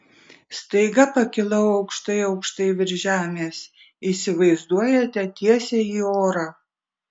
staiga pakilau aukštai aukštai virš žemės įsivaizduojate tiesiai į orą